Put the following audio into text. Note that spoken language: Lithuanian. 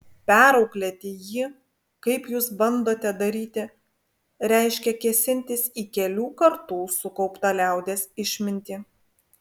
perauklėti jį kaip jūs bandote daryti reiškia kėsintis į kelių kartų sukauptą liaudies išmintį